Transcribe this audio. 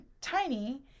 tiny